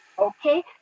Okay